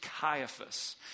Caiaphas